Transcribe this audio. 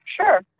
Sure